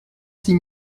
six